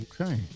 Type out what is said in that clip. okay